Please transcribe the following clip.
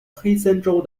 黑森州